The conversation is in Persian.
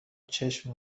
چشم